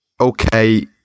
okay